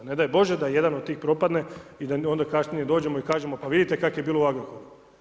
Ne daj Bože da jedan od tih propadne i da onda kasnije dođemo i kažemo pa vidite kako je bilo u Agrokoru.